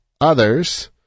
others